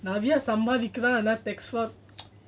நெறயசம்பாதிக்கிறான்ஆனா:neraya sambathikiran ana